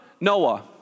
Noah